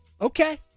Okay